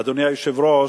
אדוני היושב-ראש,